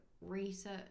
research